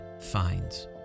finds